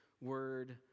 word